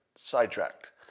sidetracked